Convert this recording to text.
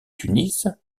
tunis